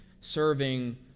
serving